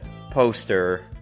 poster